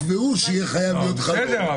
תקבעו שיהיה חייב להיות חלון.